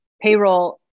payroll